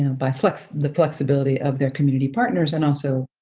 and but like so the flexibility of their community partners and also